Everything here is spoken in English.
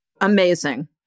amazing